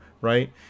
right